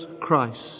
Christ